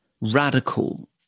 radical